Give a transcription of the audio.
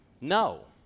No